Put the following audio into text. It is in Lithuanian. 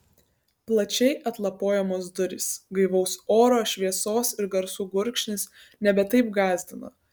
plačiai atlapojamos durys gaivaus oro šviesos ir garsų gurkšnis nebe taip gąsdino